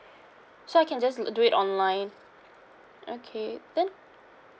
so I can just l~ do it online okay then